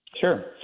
Sure